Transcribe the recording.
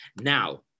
Now